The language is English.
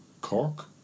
Cork